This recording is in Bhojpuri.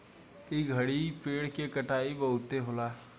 ए घड़ी पेड़ के कटाई बहुते होता